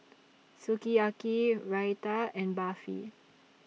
Sukiyaki Raita and Barfi